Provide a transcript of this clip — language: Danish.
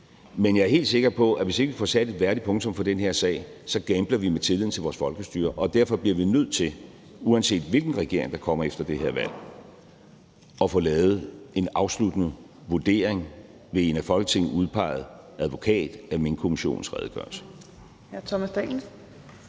Men jeg er helt sikker på, at hvis ikke vi får sat et værdigt punktum for den her sag, gambler vi med tilliden til vores folkestyre. Derfor bliver vi nødt til, uanset hvilken regering der kommer efter det her valg, at få lavet en afsluttende vurdering ved en af Folketinget udpeget advokat af Minkkommissionens redegørelse.